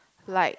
like